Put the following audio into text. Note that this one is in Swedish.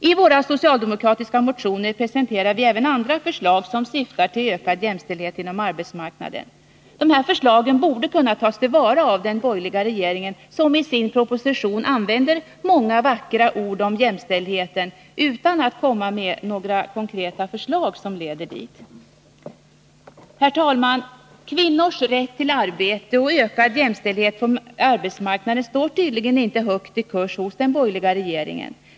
I våra socialdemokratiska motioner presenterar vi även andra förslag som syftar till ökad jämställdhet inom arbetsmarknaden. Förslagen borde kunna tas till vara av den borgerliga regeringen, som i sin proposition använder många vackra ord om jämställdheten utan att komma med några konkreta förslag som leder dit. Herr talman! Kvinnors rätt till arbete och ökad jämställdhet på arbetsmarknaden står tydligen inte högt i kurs hos den borgerliga regeringen.